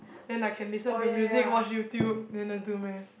then I can listen to music watch YouTube then just do Math